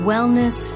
Wellness